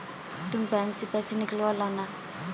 तुम बैंक से पैसे निकलवा लाना